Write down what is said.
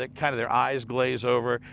ah kind of their eyes glaze over,